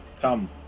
come